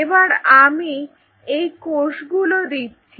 এবার আমি এই কোষগুলো দিচ্ছি